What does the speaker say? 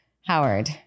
howard